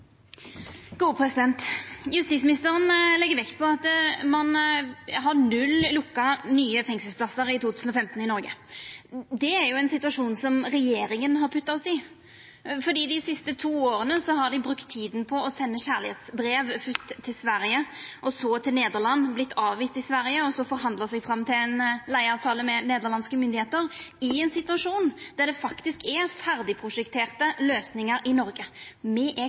Justisministeren legg vekt på at ein har null lukka nye fengselsplassar i 2015 i Noreg. Det er jo ein situasjon som regjeringa har sett oss i fordi dei i dei siste to åra har brukt tida på å senda kjærleiksbrev – fyrst til Sverige og deretter til Nederland, vorte avvist i Sverige, og så forhandla seg fram til ei leigeavtale med nederlandske styresmakter – i ein situasjon kor det faktisk er ferdigprosjekterte løysingar i Noreg. Me er